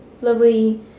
lovely